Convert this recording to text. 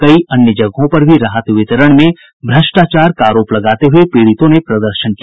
कई अन्य जगहों पर भी राहत वितरण में भ्रष्टाचार का आरोप लगाते हुये पीड़ितों ने प्रदर्शन किया